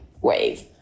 wave